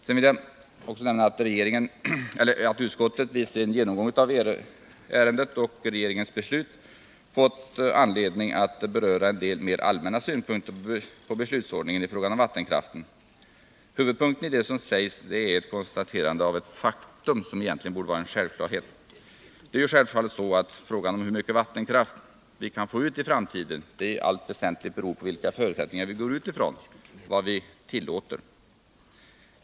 Utskottet har vid sin genomgång av ärendet och regeringens beslut också fått anledning att beröra en del mer allmänna synpunkter på beslutsordningen i fråga om vattenkraften. Huvudpunkten i det som sägs är ett konstaterande av ett faktum som egentligen borde vara en självklarhet. Det är ju självfallet så att frågan om hur mycket vattenkraft vi kan få ut i framtiden i allt väsentligt beror på vilka förutsättningar vi går ut ifrån — vad vi tillåter helt enkelt.